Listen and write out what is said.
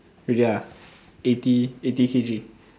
really ah eighty eighty K_G